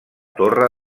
torre